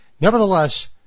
Nevertheless